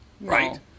right